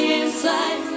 inside